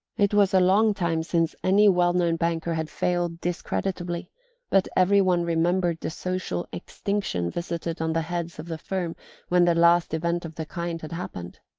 it was a long time since any well-known banker had failed discreditably but every one remembered the social extinction visited on the heads of the firm when the last event of the kind had happened.